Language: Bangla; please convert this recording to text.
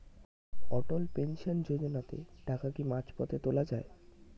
অটল পেনশন যোজনাতে টাকা কি মাঝপথে তোলা যায়?